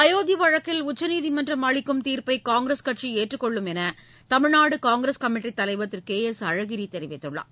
அயோத்தி வழக்கில் உச்சநீதிமன்றம் அளிக்கும் தீர்ப்பை காங்கிரஸ் கட்சி ஏற்றுக்கொள்ளும் என்று தமிழ்நாடு காங்கிரஸ் கமிட்டித் தலைவர் திரு கே எஸ் அழகிரி தெரிவித்துள்ளார்